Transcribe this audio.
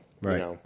Right